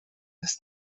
this